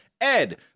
Ed